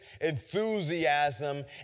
enthusiasm